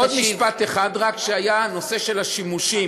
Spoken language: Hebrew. רק עוד משפט אחד, בנושא של השימושים.